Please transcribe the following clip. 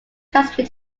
transmitted